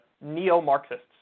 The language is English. neo-Marxists